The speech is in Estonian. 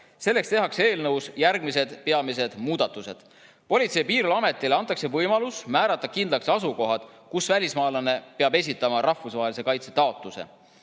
Selleks tehakse eelnõus järgmised peamised muudatused. Politsei- ja Piirivalveametile antakse võimalus määrata kindlaks asukohad, kus välismaalane peab esitama rahvusvahelise kaitse taotluse.